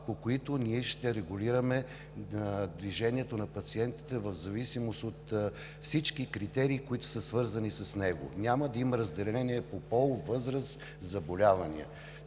по които ще регулираме движението на пациентите в зависимост от всички критерии, които са свързани с него. Няма да има разделение по пол, възраст, заболявания,